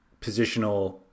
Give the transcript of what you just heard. positional